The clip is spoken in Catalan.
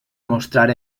mostrar